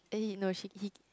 then he know she eat